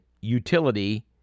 utility